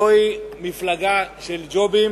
זוהי מפלגה של ג'ובים